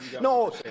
no